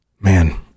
man